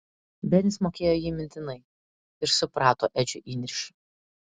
benis mokėjo jį mintinai ir suprato edžio įniršį